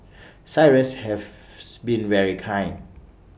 cyrus have been very kind